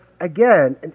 again